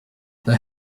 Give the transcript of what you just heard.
they